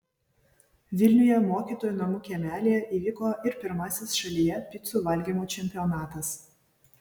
vilniuje mokytojų namų kiemelyje įvyko ir pirmasis šalyje picų valgymo čempionatas